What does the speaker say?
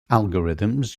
algorithms